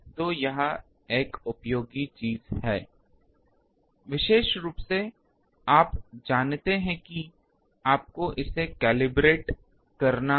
तो यह एक उपयोगी चीज है विशेष रूप से आप जानते हैं कि आपको इसे कैलिब्रेट होगा